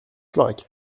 florac